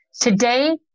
Today